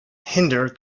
hinder